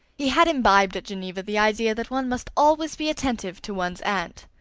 he had imbibed at geneva the idea that one must always be attentive to one's aunt.